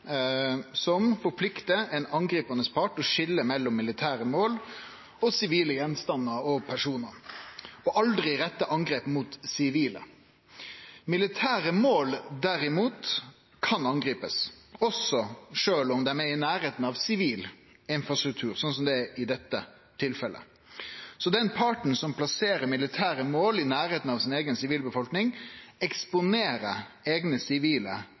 ein angripande part til å skilje mellom militære mål og sivile gjenstandar og personar, og aldri rette angrep mot sivile. Militære mål, derimot, kan ein angripe, også sjølv om dei er i nærleiken av sivil infrastruktur, sånn som det er i dette tilfellet. Så den parten som plasserer militære mål i nærleiken av eiga sivilbefolkning, eksponerer eigne sivile